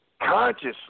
consciously